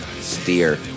Steer